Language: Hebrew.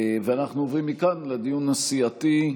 אנחנו עוברים מכאן לדיון הסיעתי.